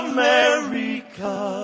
America